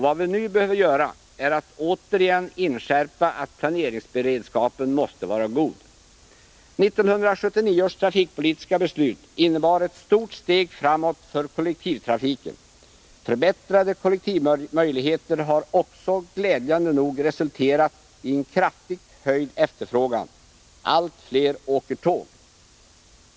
Vad vi nu behöver göra är att återigen inskärpa att planeringsberedskapen måste vara god. 1979 års trafikpolitiska beslut innebär ett stort steg framåt för kollektivtrafiken. Förbättrade kollektivmöjligheter har också glädjande nog resulterat i en kraftigt höjd efterfrågan. Allt fler åker tåg.